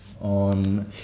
on